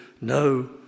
No